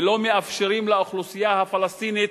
ולא מאפשרים לאוכלוסייה הפלסטינית